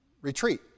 retreat